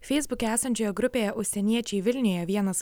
feisbuke esančioje grupėje užsieniečiai vilniuje vienas